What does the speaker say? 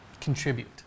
contribute